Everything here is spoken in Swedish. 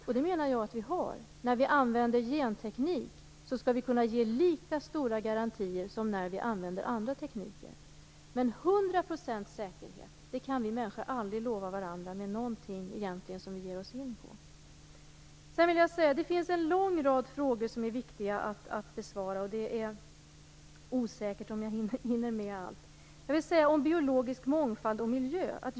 Jag menar att vi har det. Vi skall kunna ge lika stora garantier när vi använder genteknik som när vi använder andra tekniker. Men hundra procents säkerhet kan vi människor aldrig lova varandra med någonting som vi ger oss in på. Det finns en lång rad frågor som är viktiga att besvara. Det är osäkert om jag hinner med allt. Sedan var det biologisk mångfald och miljö.